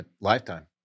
Lifetime